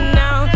now